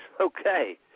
Okay